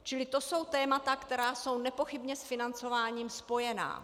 Čili to jsou témata, která jsou nepochybně s financováním spojená.